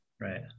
Right